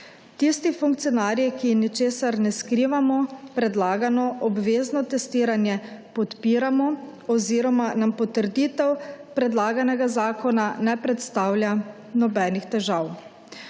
Tisti funkcionarji, ki ničesar ne skrivamo, predlagano obvezno testiranje podpiramo oziroma nam potrditev predlaganega zakona ne predstavlja nobenih težav.